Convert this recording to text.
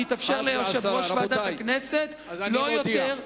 יתאפשר ליושב-ראש ועדת הכנסת לא יותר,